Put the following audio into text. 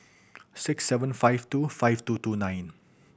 six seven five two five two two nine